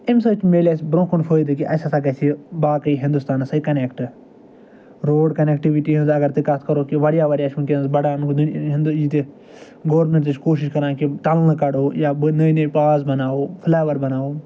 اَمہِ سۭتۍ مِلہِ اَسہِ برٛونٛہہ کُن فٲیدٕ کہِ اَسہِ ہسا گژھِ یہِ باقٕے ہنٛدوستانَس سۭتۍ کنٮ۪کٹ روڈ کنٮ۪کٹِوِٹی ہِنٛز اگر تہِ کَتھ کرو کہِ واریاہ واریاہ چھُ وٕنۍکٮ۪نَس بڑان یہِ تہِ گورمٮ۪نٛٹ تہِ چھُ کوشِش کَران کہِ ٹنٛلہٕ کڑو یا نٔے نٔے پاس بناوو فٕلَے اوٚوَر بناوو